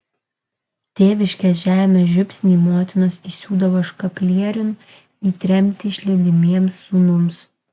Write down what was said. tėviškės žemės žiupsnį motinos įsiūdavo škaplieriun į tremtį išlydimiems sūnums